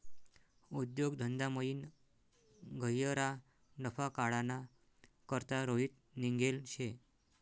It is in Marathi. उद्योग धंदामयीन गह्यरा नफा काढाना करता रोहित निंघेल शे